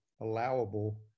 allowable